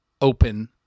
open